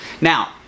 now